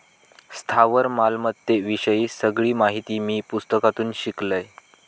स्थावर मालमत्ते विषयी सगळी माहिती मी पुस्तकातून शिकलंय